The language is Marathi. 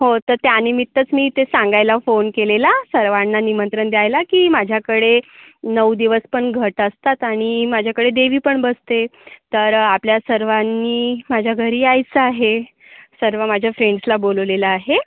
हो तर त्यानिमित्तच मी ते सांगायला फोन केलेला सर्वांना निमंत्रण द्यायला की माझ्याकडे नऊ दिवस पण घट असतात आणि माझ्याकडे देवी पण बसते तर आपल्या सर्वांनी माझ्या घरी यायचं आहे सर्व माझ्या फ्रेंडसला बोलवलेलं आहे